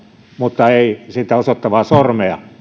mutta eivät sitä osoittavaa sormea